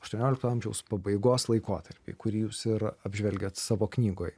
aštuoniolikto amžiaus pabaigos laikotarpį kurį jūs ir apžvelgiat savo knygoj